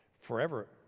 forever